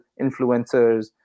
influencers